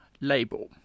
label